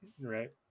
Right